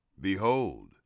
behold